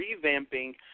revamping